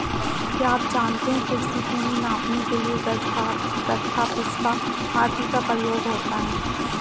क्या आप जानते है कृषि भूमि नापने के लिए गज, हाथ, गट्ठा, बिस्बा आदि का प्रयोग होता है?